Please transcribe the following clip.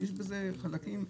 יש בזה חלקים בעייתיים.